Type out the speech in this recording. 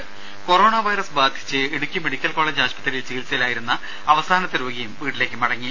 രുര corona virus ബാധിച്ച് Idukki medical college ആശുപത്രിയിൽ ചികിത്സയിലായിരുന്ന അവസാനത്തെ രോഗിയും വീട്ടിലേക്ക് മടങ്ങി